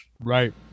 right